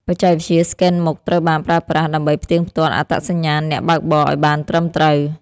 បច្ចេកវិទ្យាស្កេនមុខត្រូវបានប្រើប្រាស់ ដើម្បីផ្ទៀងផ្ទាត់អត្តសញ្ញាណអ្នកបើកបរឱ្យបានត្រឹមត្រូវ។